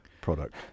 product